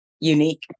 unique